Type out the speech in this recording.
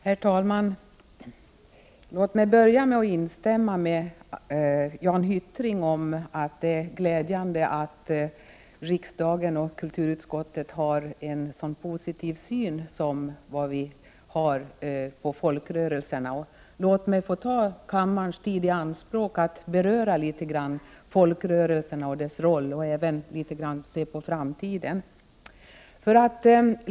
Herr talman! Låt mig börja med att instämma i vad Jan Hyttring anförde, att det är glädjande att riksdagen och kulturutskottet har en positiv syn på folkrörelserna. Låt mig ta kammarens tid i anspråk för att beröra folkrörelsernas roll och även se på framtiden.